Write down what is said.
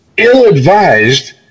ill-advised